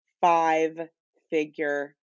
five-figure